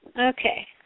Okay